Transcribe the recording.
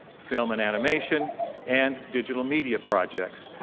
film and animation and digital media projects.